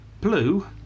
blue